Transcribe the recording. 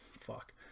fuck